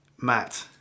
Matt